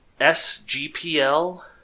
SGPL